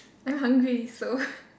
I hungry so